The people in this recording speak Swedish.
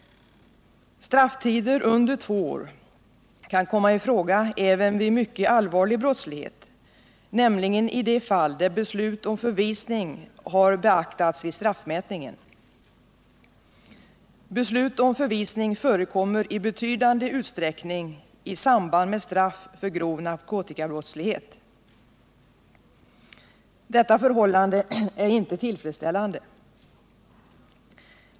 Strafftider under två år kan komma i fråga även vid mycket allvarlig brottslighet, nämligen i de fall där beslut om förvisning har beaktats vid straffmätningen. Beslut om förvisning förekommer i betydande utsträckning i samband med straff för grov narkotikabrottslighet. Detta förhållande är inte tillfredsställande.